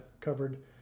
covered